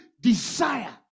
desire